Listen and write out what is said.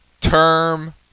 term